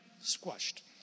Squashed